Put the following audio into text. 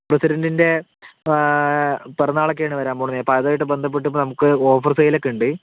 പ്രസിഡൻ്റിൻ്റെ പിറന്നാളൊക്കെയാണ് വരാൻ പോണത് അപ്പോൾ അതുമായിട്ട് ബന്ധപ്പെട്ട് ഇപ്പോൾ നമുക്ക് ഓഫർ സെയിൽ ഒക്കെ ഉണ്ട്